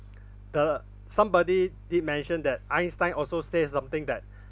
the somebody did mention that einstein also say something that